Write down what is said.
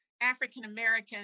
African-American